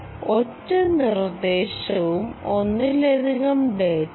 ഒറ്റ നിർദ്ദേശവും ഒന്നിലധികം ഡാറ്റയും